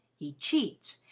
he cheats,